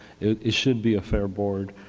it should be a fair board.